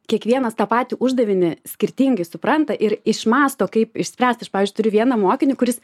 kiekvienas tą patį uždavinį skirtingai supranta ir išmąsto kaip išspręst aš pavyzdžiui turiu vieną mokinį kuris